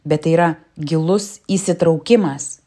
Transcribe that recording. bet tai yra gilus įsitraukimas